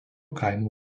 kaimo